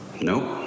Nope